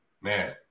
Man